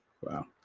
wow